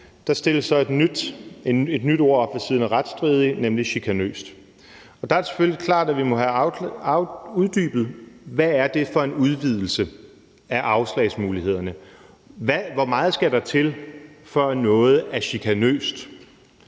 Der stilles så et nyt ord op ved siden af »retsstridig«, nemlig »chikanøst«. Der er det selvfølgelig klart, at vi må have uddybet, hvad det er for en udvidelse af afslagsmulighederne. Hvor meget skal der til, for at noget er chikanøst?